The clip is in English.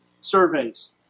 surveys